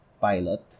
pilot